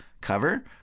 cover